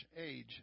age